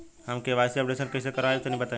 हम KYC updation कइसे करवाई तनि बताई?